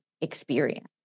experience